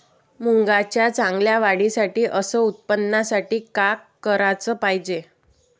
मुंगाच्या चांगल्या वाढीसाठी अस उत्पन्नासाठी का कराच पायजे?